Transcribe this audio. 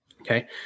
Okay